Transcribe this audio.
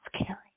scary